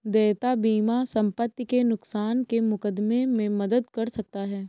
देयता बीमा संपत्ति के नुकसान के मुकदमे में मदद कर सकता है